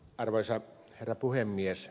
arvoisa herra puhemies